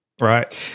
right